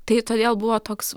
tai todėl buvo toks